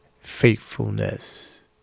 faithfulness